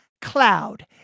Cloud